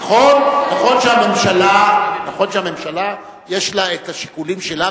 נכון שהממשלה יש לה השיקולים שלה,